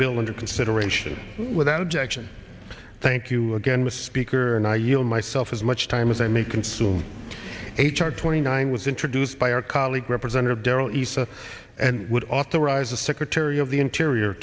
bill under consideration without objection thank you again with speaker and i yield myself as much time as i may consume a chart twenty nine was introduced by our colleague representative darrell issa and would authorize the secretary of the interior